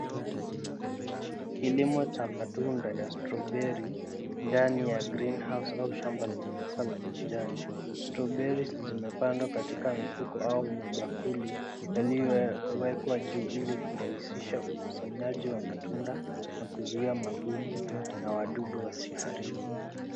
Kilimo cha matunda na strawberry ndani ya greenhouse au shamba la kisasa la majani. Strawberries zimepandwa katika mifuko au mabakuli yaliyowekwa juu ili kurahisisha ukusanyaji wa matunda na kuzuia magugu na wadudu wasiharibu.